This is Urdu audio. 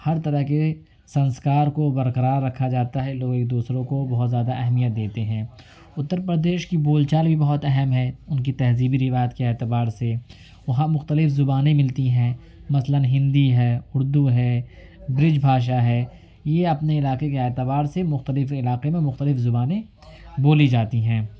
ہر طرح کے سنسکار کو برقرار رکھا جاتا ہے لوگ ایک دوسروں کو بہت زیادہ اہمیت دیتے ہیں اُتّر پردیش کی بول چال بھی بہت اہم ہے ان کی تہذیبی روات کے اعتبار سے وہاں مختلف زبانیں ملتی ہیں مثلاََ ہندی ہے اردو ہے برج بھاشا ہے یہ اپنے علاقے کے اعتبار سے مختلف علاقے میں مختلف زبانیں بولی جاتی ہیں